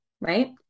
right